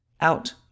out